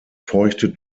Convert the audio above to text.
feuchte